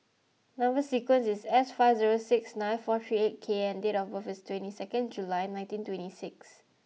number sequence is S five zero six nine four three eight K and date of birth is twenty second July nineteen twenty six